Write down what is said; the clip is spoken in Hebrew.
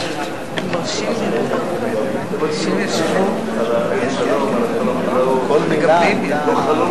זה דרישת 40 חברי כנסת לדון בכישלון ממשלת נתניהו בתחומים המדיני,